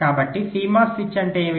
కాబట్టి CMOS switch అంటే ఏమిటి